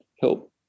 help